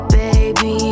baby